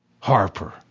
Harper